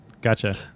Gotcha